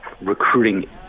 recruiting